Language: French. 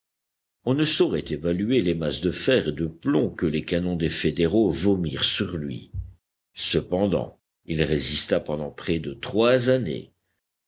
on ne saurait évaluer les masses de fer et de plomb que les canons des fédéraux vomirent sur lui cependant il résista pendant près de trois années